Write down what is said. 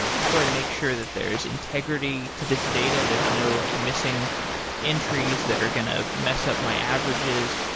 and how do i make sure that there's integrity to this data, there's no like missing entries that are going to mess up my averages.